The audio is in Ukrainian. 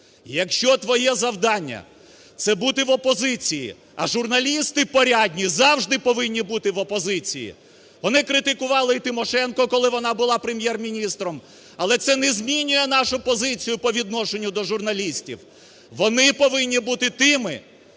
Якщо твоє завдання – це бути в опозиції, а журналісти порядні завжди повинні бути в опозиції, вони критикували і Тимошенко, коли вона була Прем'єр-міністром, але це не змінює нашу позицію по відношенню до журналістів. Вони повинні бути тими,